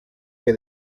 que